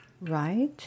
Right